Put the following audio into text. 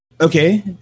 Okay